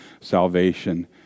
salvation